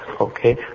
Okay